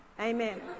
Amen